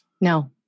No